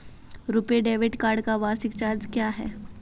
RuPay debit card का वार्षिक charge क्या है?